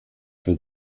für